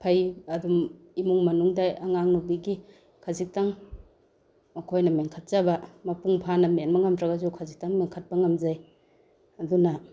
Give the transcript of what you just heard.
ꯐꯩ ꯑꯗꯨꯝ ꯏꯃꯨꯡ ꯃꯅꯨꯡꯗ ꯑꯉꯥꯡ ꯅꯨꯄꯤꯒꯤ ꯈꯖꯤꯛꯇꯪ ꯑꯩꯈꯣꯏꯅ ꯃꯦꯟꯈꯠꯆꯕ ꯃꯄꯨꯡ ꯐꯥꯅ ꯃꯦꯟꯕ ꯉꯝꯗ꯭ꯔꯒꯁꯨ ꯈꯖꯤꯛꯇꯪ ꯃꯦꯟꯈꯠꯄ ꯉꯝꯖꯩ ꯑꯗꯨꯅ